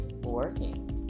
working